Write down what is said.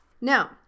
now